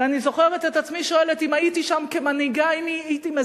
ואני זוכרת את עצמי שואלת: אם הייתי שם כמנהיגה,